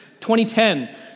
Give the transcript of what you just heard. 2010